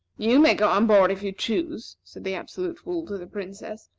you may go on board if you choose, said the absolute fool to the princess,